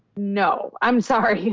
no, i'm sorry,